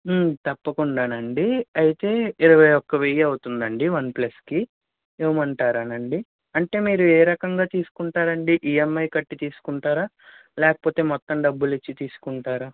తప్పకుండానండి అయితే ఇరవై ఒక్క వెయ్యి అవుతుందండి వన్ ప్లస్కి ఇవ్వమంటారా అండి అంటే మీరు ఏ రకంగా తీసుకుంటారండి ఈఎమ్ఐ కట్టి తీసుకుంటారా లేకపోతే మొత్తం డబ్బులిచ్చి తీసుకుంటారా